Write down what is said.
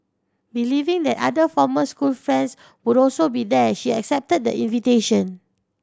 believing that other former school friends would also be there she accepted the invitation